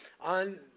on